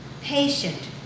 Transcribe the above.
patient